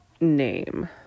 name